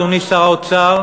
אדוני שר האוצר,